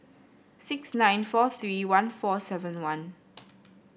six nine four three one four seven one